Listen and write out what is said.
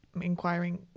inquiring